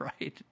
Right